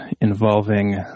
involving